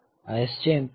આ SJMP L3 છે